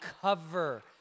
cover